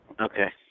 Okay